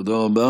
תודה רבה.